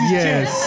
yes